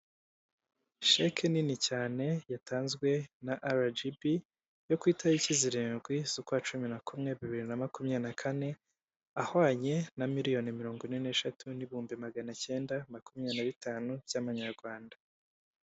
Sheke nini cyane yatanzwe na aragibi yo ku itariki zirindwi z'ukwa cumi na kumwe bibiri na makumyabiri na kane ahwanye na miliyoni mirongo ine n'eshatu n'ibihumbi maganacyenda makumyabiri na bitanu by'amanyarwanda.